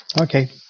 Okay